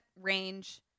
range